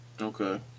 Okay